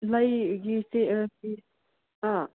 ꯑꯥ